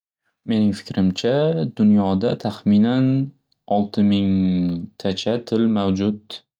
Mening fikrimcha dunyoda taxminan olti mingtacha til mavjud.